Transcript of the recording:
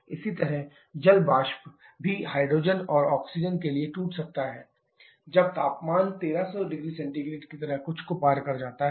इसी तरह जल वाष्प भी हाइड्रोजन और ऑक्सीजन के लिए टूट सकता है जब तापमान 1300 0C की तरह कुछ को पार कर जाता है